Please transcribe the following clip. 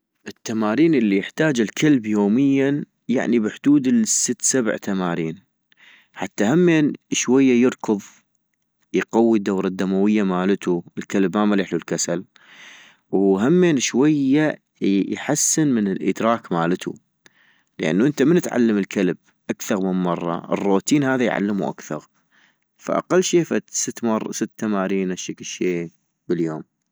التمارين الي يحتاج الكلب يوميا ، يعني بحدود الست سبع تمارين، حتى همين شوية يركض يقوي الدورة الدموية مالتو ، الكلب ما مليحلو الكسل، وهمين شوية يحسن من الادراك مالتو ،لانو انت من تعلم الكلب اكثغ من مرة ، الروتين هذا يعلمو اكثغ، فاقل شي فد ست مرا-ست تمارين هشكل شي باليوم